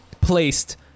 placed